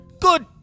Good